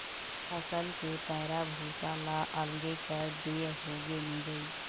फसल के पैरा भूसा ल अलगे कर देए होगे मिंजई